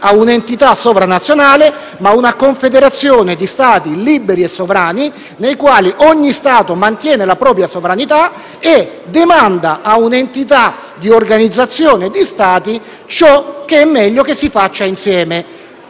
a un'entità sovranazionale, ma una confederazione di Stati liberi e sovrani, nella quale ogni Stato mantiene la propria sovranità e demanda a un'entità di organizzazione di Stati ciò che è meglio che si faccia insieme,